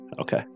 Okay